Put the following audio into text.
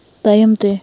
ᱛᱟᱭᱚᱢ ᱛᱮ